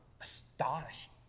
astonishing